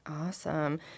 Awesome